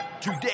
Today